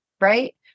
right